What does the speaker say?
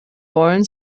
wollen